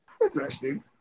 Interesting